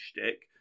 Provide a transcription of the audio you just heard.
shtick